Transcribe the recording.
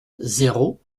zéro